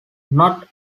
not